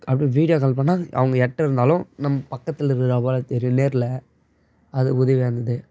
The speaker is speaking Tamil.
அப்டியே வீடியோ கால் பண்ணால் அவங்க எட்ட இருந்தாலும் நம்ம பக்கத்தில் இருக்குறது போல் தெரியும் நேரில் அது உதவியாக இருந்தது